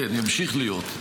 כן, ימשיך להיות.